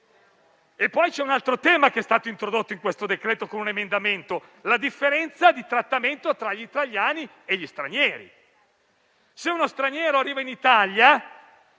C'è anche un altro tema che è stato introdotto in questo decreto con un emendamento: la differenza di trattamento tra gli italiani e gli stranieri. Se uno straniero arriva in Italia